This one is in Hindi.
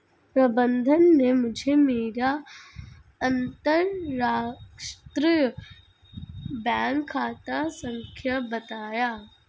प्रबन्धक ने मुझें मेरा अंतरराष्ट्रीय बैंक खाता संख्या बताया